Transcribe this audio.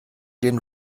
den